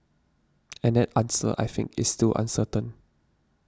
and that answer I think is still uncertain